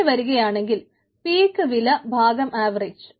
അങ്ങനെ വരുകയാണെങ്കിൽ പീക്ക് വില ഭാഗം ആവറേജ്